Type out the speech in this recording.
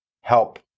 help